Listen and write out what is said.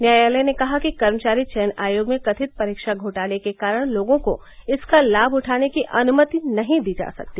न्यायालय ने कहा कि कर्मचारी चयन आयोग में कथित परीक्षा घोटाले के कारण लोगों को इसका लाम उठाने की अनुमति नहीं दी जा सकती